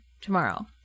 tomorrow